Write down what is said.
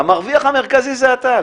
המרוויח המרכזי זה אתה,